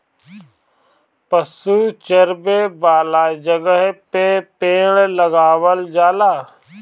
पशु चरावे वाला जगहे पे पेड़ लगावल जाला